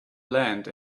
land